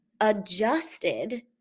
adjusted